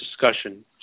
discussion